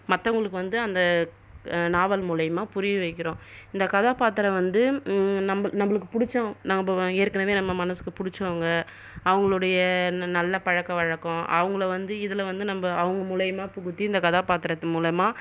மற்றவங்களுக்கு வந்து அந்த நாவல் மூலிமா புரிய வைக்கிறோம் இந்த கதாபாத்திரம் வந்து நம்ம நம்மளுக்கு பிடிச்சவங்க நம்ம ஏற்கனவே நம்ம மனசுக்கு பிடிச்சவங்க அவங்களுடைய நல்ல பழக்கம் வழக்க அவங்களை வந்து இதில் வந்து நம்ம அவங்கள் மூலிமா பூகுற்றி இந்த கதாபாத்திரத்தின் மூலிமா